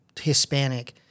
Hispanic